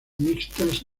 mixtas